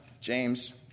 James